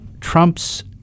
Trump's